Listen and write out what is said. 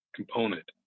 component